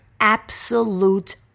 absolute